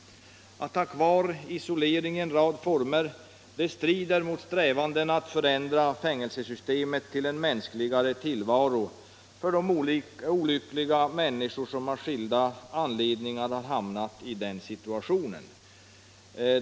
Att ha kvar isolering i en rad former strider mot strävandena att förändra fängelsesystemet till en mänskligare tillvaro för de olyckliga människor som av skilda anledningar har hamnat där.